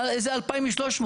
מאיפה נולדו 2,300?